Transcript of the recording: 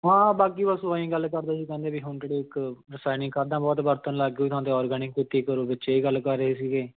ਹਾਂ ਬਾਕੀ ਬਸ ਬਹੀ ਗੱਲ ਕਰਦੇ ਸੀ ਕਹਿੰਦੇ ਵੀ ਹੁਣ ਜਿਹੜੀ ਇੱਕ ਰਸਾਇਣਕ ਖਾਦਾਂ ਬਹੁਤ ਵਰਤਣ ਲੱਗ ਗਏ ਕਹਿੰਦੇ ਔਰਗੈਨਿਕ ਖੇਤੀ ਕਰੋ ਵਿੱਚ ਇਹ ਗੱਲ ਕਰ ਰਹੇ ਸੀਗੇ